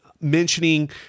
mentioning